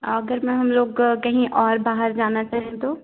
अगर मैम हमलोग कहीं और बाहर जाना चाहें तो